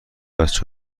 بچه